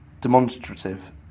demonstrative